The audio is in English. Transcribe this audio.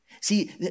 See